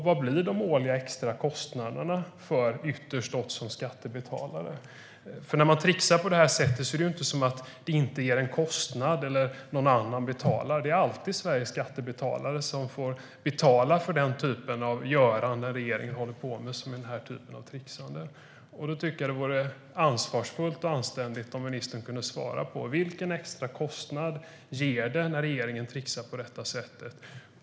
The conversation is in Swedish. Vad blir de årliga extrakostnaderna för ytterst oss som skattebetalare? När man trixar på det här sättet är det inte som att det inte ger en kostnad eller som att någon annan betalar. Det är alltid Sveriges skattebetalare som får betala för den typ av göranden som regeringen håller på med, som när det gäller den här typen av trixande. Då tycker jag att det vore ansvarsfullt och anständigt om ministern kunde svara på: Vilken extrakostnad ger det när regeringen trixar på detta sätt?